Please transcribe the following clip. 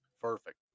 Perfect